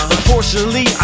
Unfortunately